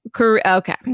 okay